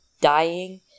dying